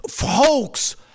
hoax